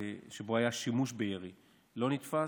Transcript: שימוש בירי לא נתפס.